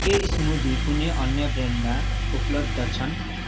के स्मुदी कुनै अन्य ब्रान्डमा उपलब्ध छन्